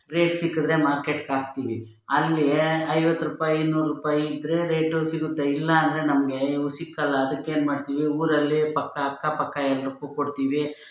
rate ಸಿಕ್ಕಿದ್ರೆ ಮಾರ್ಕೆಟ್ಗೆ ಹಾಕ್ತೀವಿ ಅಲ್ಲಿ ಐವತ್ತು ರೂಪಾಯಿ ನೂರು ರೂಪಾಯಿ ಇದ್ದರೆ ರೇಟು ಸಿಗುತ್ತೆ ಇಲ್ಲ ಅಂದರೆ ನಮಗೆ ಇವು ಸಿಕ್ಕಲ್ಲ ಅದಕ್ಕೇನು ಮಾಡ್ತೀವಿ ಊರಲ್ಲಿ ಪಕ್ಕ ಅಕ್ಕ ಪಕ್ಕ ಎಲ್ರಿಗೂ ಕೊಡ್ತೀವಿ